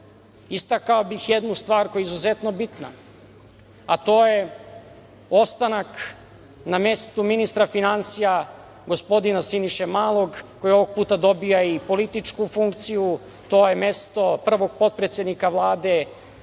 bih jednu stvar koja je izuzetno bitna, a to je ostanak na mestu ministra finansija, gospodina Siniše Malog, koji je ovog puta dobija i političku funkciju. To je mesto prvog potpredsednika Vlade.